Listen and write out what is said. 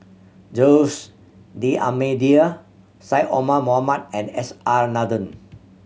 Jose D'Almeida Syed Omar Mohamed and S R Nathan